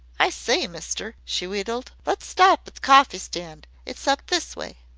i say, mister, she wheedled, let's stop at the cawfee-stand. it's up this way.